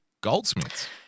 Goldsmiths